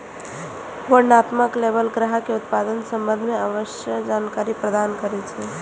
वर्णनात्मक लेबल ग्राहक कें उत्पादक संबंध मे आवश्यक जानकारी प्रदान करै छै